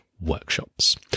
workshops